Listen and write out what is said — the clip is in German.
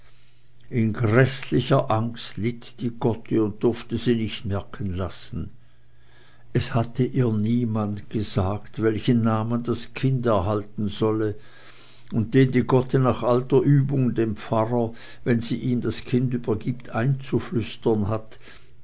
an gräßlicher angst litt die gotte und durfte sie nicht merken lassen es hatte ihr niemand gesagt welchen namen das kind erhalten solle und den die gotte nach alter übung dem pfarrer wenn sie ihm das kind übergibt einzuflüstern hat